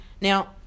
Now